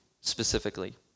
specifically